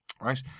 Right